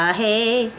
hey